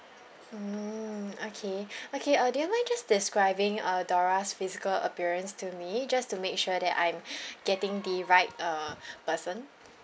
mm okay okay uh do you mind just describing uh dora's physical appearance to me just to make sure that I'm getting the right uh person